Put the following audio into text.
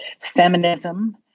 feminism